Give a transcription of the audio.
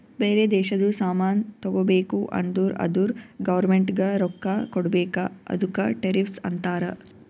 ಬೇರೆ ದೇಶದು ಸಾಮಾನ್ ತಗೋಬೇಕು ಅಂದುರ್ ಅದುರ್ ಗೌರ್ಮೆಂಟ್ಗ ರೊಕ್ಕಾ ಕೊಡ್ಬೇಕ ಅದುಕ್ಕ ಟೆರಿಫ್ಸ್ ಅಂತಾರ